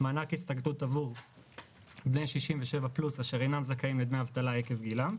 מענק הסתגלות בני 67 פלוס אשר אינם זכאים לדמי אבטלה עקב גילם.